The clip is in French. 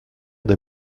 des